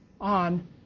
on